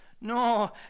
No